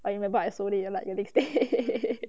I remember I sold it like the next day